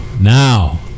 now